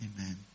Amen